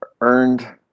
earned